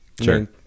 sure